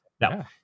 Now